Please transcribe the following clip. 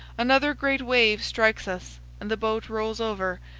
another great wave strikes us, and the boat rolls over,